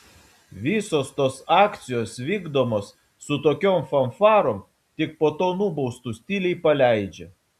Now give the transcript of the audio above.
visos tos akcijos vykdomos su tokiom fanfarom tik po to nubaustus tyliai paleidžia